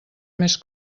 més